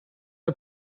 are